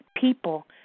people